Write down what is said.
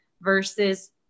versus